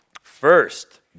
First